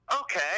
okay